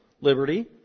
liberty